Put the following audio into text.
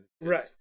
Right